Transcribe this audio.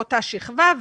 באותה שכבה.